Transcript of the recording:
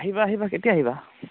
আহিবা আহিবা কেতিয়া আহিবা